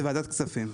זה ועדת כספים.